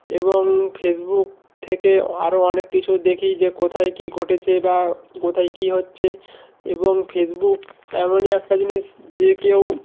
এবং ফেসবুক থেকে আরও অনেক কিছু দেখি যে কোথায় কী ঘটেছে বা কোথায় কী হচ্ছে এবং ফেসবুক এমনই একটা জিনিস যে কেউ